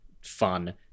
fun